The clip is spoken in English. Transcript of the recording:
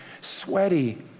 sweaty